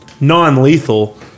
non-lethal